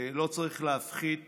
לא צריך להפחית